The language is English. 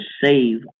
save